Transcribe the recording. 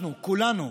אנחנו, כולנו,